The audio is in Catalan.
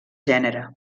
gènere